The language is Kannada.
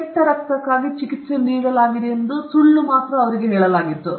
ಕೆಟ್ಟ ರಕ್ತಕ್ಕಾಗಿ ಚಿಕಿತ್ಸೆ ನೀಡಲಾಗಿದೆಯೆಂದು ಅವರಿಗೆ ಮಾತ್ರ ಹೇಳಲಾಗಿತ್ತು